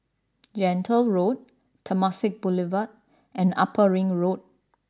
Gentle Road Temasek Boulevard and Upper Ring Road